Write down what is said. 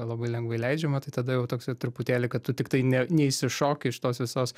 labai lengvai leidžiama tai tada jau toksai truputėlį kad tu tiktai ne neišsišok iš tos visos